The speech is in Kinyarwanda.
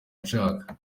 nshaka